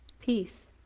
peace